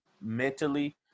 mentally